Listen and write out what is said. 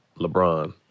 LeBron